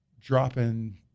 dropping